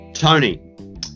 Tony